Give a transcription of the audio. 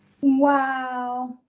Wow